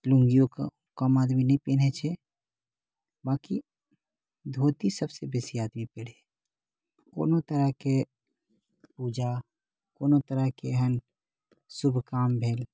लुन्गीओ कम आदमी नहि पहिरै छै बाँकि धोती सभसे बेसी आदमी पहिरए छै कोनो तरहकेँ पूजा कोनो तरहकेँ एहन शुभ काम भेल